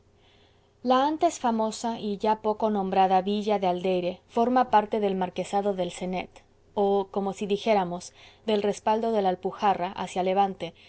la antes famosa y ya poco nombrada villa de aldeire forma parte del marquesado del cenet o como si dijéramos del respaldo de la alpujarra hacia levante